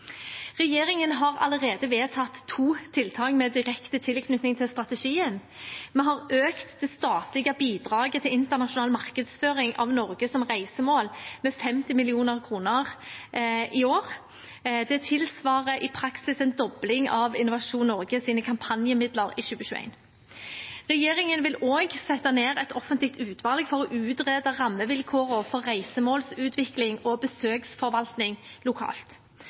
Regjeringen har allerede vedtatt to tiltak med direkte tilknytning til strategien. Vi har økt det statlige bidraget til internasjonal markedsføring av Norge som reisemål med 50 mill. kr i år. Det tilsvarer i praksis en dobling av Innovasjon Norges kampanjemidler i 2021. Regjeringen vil også sette ned et offentlig utvalg for å utrede rammevilkårene for reisemålsutvikling og besøksforvaltning lokalt.